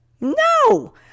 No